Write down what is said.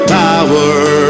power